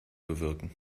bewirken